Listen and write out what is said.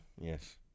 Yes